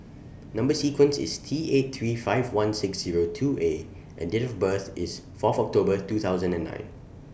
Number sequence IS T eight three five one six two A and Date of birth IS Fourth October two thousand and nine